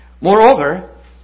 Moreover